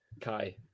Kai